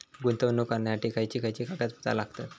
गुंतवणूक करण्यासाठी खयची खयची कागदपत्रा लागतात?